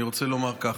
אני רוצה לומר כך: